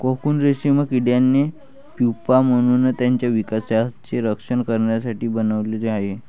cocoon रेशीम किड्याने pupa म्हणून त्याच्या विकासाचे रक्षण करण्यासाठी बनवले आहे